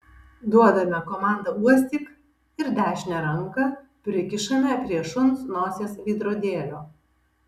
duodame komandą uostyk ir dešinę ranką prikišame prie šuns nosies veidrodėlio